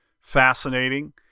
fascinating